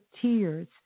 tears